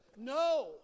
no